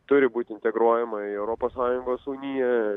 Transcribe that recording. turi būti integruojama į europos sąjungos uniją